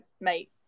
mate